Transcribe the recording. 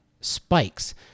spikes